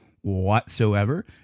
whatsoever